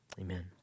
amen